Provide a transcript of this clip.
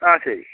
ആ ശരി